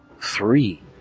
three